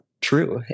true